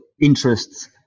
interests